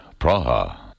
Praha